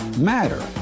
matter